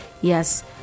yes